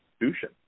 institution